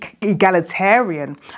egalitarian